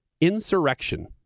Insurrection